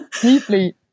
Deeply